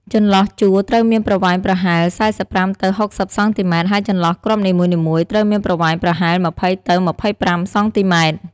ចន្លោះជួរត្រូវមានប្រវែងប្រហែល ៤៥ ទៅ ៦០ សង់ទីម៉ែត្រ ហើយចន្លោះគ្រាប់នីមួយៗត្រូវមានប្រវែងប្រហែល ២០ ទៅ ២៥ សង់ទីម៉ែត្រ។